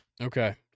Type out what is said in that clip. Okay